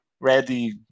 ready